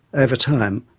over time,